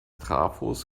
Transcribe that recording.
trafos